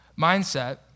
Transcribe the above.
mindset